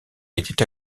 était